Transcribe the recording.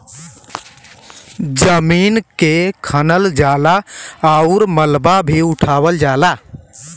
जमीन के खनल जाला आउर मलबा भी उठावल जाला